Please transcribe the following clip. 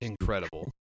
Incredible